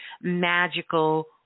magical